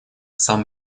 сам